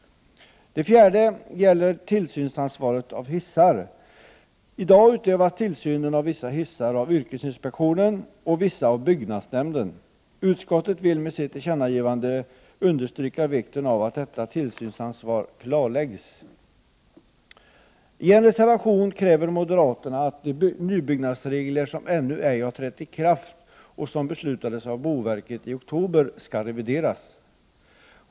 Den fjärde gäller ansvaret för tillsyn av hissar. I dag utövas tillsynen av vissa hissar av yrkesinspektionen och av andra hissar av byggnadsnämnden. Utskottet vill med sitt tillkännagivande understryka vikten av att detta tillsynsansvar klarläggs. I en reservation kräver moderaterna att de nybyggnadsregler som boverket beslutade om i oktober och som ännu ej har trätt i kraft skall revideras.